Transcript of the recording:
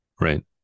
Right